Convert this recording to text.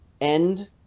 end